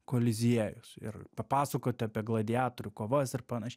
koliziejus ir papasakoti apie gladiatorių kovas ir panaš